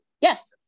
Yes